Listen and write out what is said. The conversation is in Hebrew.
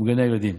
ובגני הילדים.